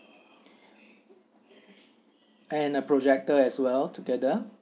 and a projector as well together